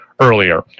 earlier